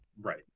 Right